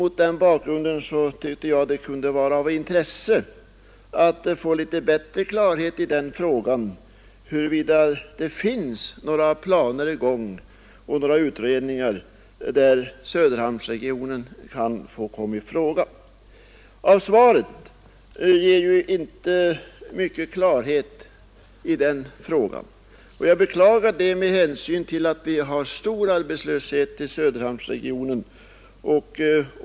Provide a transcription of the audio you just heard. Mot den bakgrunden tyckte jag det kunde vara av intresse att få litet bättre klarhet i frågan huruvida det finns planer och utredningar i gång där Söderhamnsregionen kommer i fråga. Svaret ger inte mycket klarhet i den frågan, och jag beklagar det med hänsyn till att vi har stor arbetslöshet i Söderhamnsregionen.